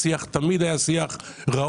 השיח תמיד היה ראוי,